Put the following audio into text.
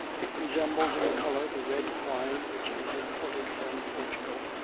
it resembles in color the red wine which is imported from portugal,